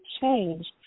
changed